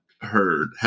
heard